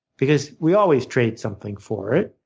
because we always trade something for it,